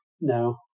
No